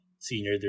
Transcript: senior